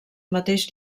mateix